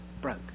broke